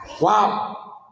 Wow